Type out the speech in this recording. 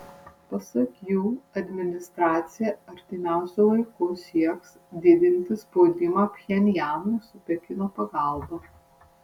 pasak jų administracija artimiausiu laiku sieks didinti spaudimą pchenjanui su pekino pagalba